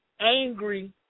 angry